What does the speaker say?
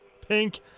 Pink